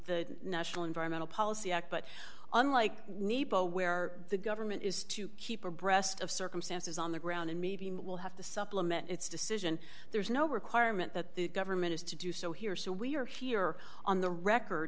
the national environmental policy act but unlike nepa where the government is to keep abreast of circumstances on the ground in meeting will have to supplement its decision there's no requirement that the government is to do so here so we're here on the record